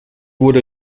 wurde